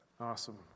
awesome